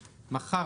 מחר,